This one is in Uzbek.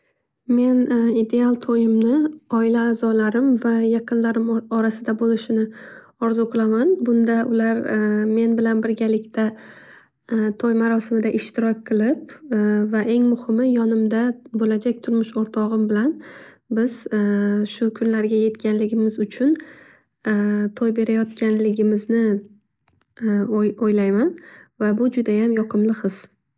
Men ideal to'yimni oila a'zolarim va yaqinlarim orasida bo'lishini orzu qilaman. Bunda ular men bilan birgalikda to'y marosimida ishtirok qilib va eng muhimi yonimda bo'lajak turmush o'rtog'im bilan biz shu kunlarga yetganligimiz uchun, to'y berayotganligimizni o'ylayman va bu judayam yoqimli his.